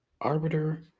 Arbiter